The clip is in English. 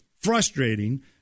frustrating